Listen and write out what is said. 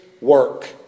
work